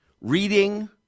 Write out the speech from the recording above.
reading